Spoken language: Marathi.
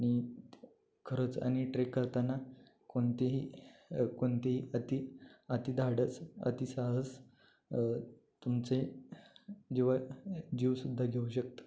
आणि खरंच आणि ट्रेक करताना कोणतेही कोणतेही अति अतिधाडस अतिसाहस तुमचे जीवा जीव सुद्धा घेऊ शकतो